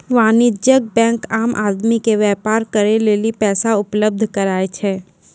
वाणिज्यिक बेंक आम आदमी के व्यापार करे लेली पैसा उपलब्ध कराय छै